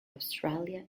australia